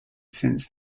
since